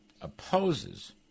opposes